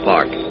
Park